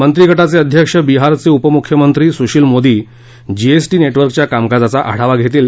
मंत्रीगटाचे अध्यक्ष बिहारचे उपमुख्यमंत्री सुशील मोदी जीएसटीनेटवर्कच्या कामकाजाचा आढावा घेतील